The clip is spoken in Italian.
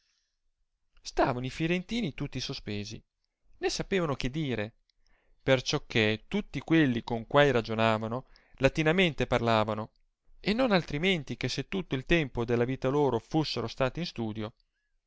stavano i firentini tutti sospesi né sapevano che dire per ciò che tutti quelli con quai ragionavano latinamente parlavano e non altrimenti che se tutto il tempo della vita loro fussero stati in studio